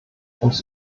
ums